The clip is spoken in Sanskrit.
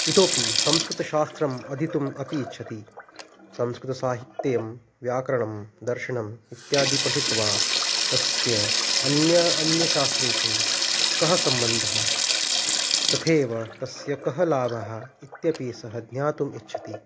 इतोऽपि संस्कृतशास्त्रम् अध्येतुम् अपि इच्छति संस्कृतसाहित्यं व्याकरणं दर्शनम् इत्यादीन् पठित्वा तस्य अन्येषु अन्यशास्त्रेषु कः सम्बन्धः तथैव तस्य कः लाभः इत्यपि सः ज्ञातुम् इच्छति